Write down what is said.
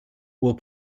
will